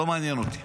לא מעניין אותי.